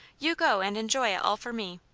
you go and enjoy it all for me.